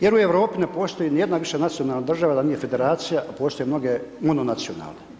Jer u Europi ne postoji ni jedna više nacionalna država da nije federacija, a postoje mnoge mononacionalne.